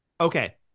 Okay